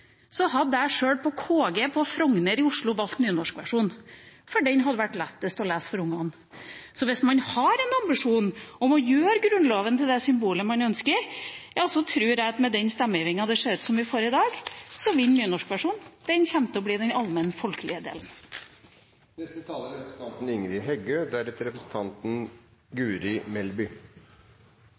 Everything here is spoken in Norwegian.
hadde jeg – sjøl på KG på Frogner i Oslo – valgt nynorskversjonen fordi den hadde vært lettest å lese for elevene. Så hvis man har en ambisjon om å gjøre Grunnloven til det symbolet man ønsker, tror jeg at med den stemmegivninga det ser ut som vi får i dag, vinner nynorskversjonen. Den kommer til å bli den allmenne folkelige delen. Vi feirar i år at det er